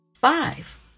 Five